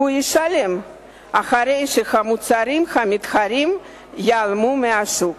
ישלם אחרי שהמוצרים המתחרים ייעלמו מהשוק.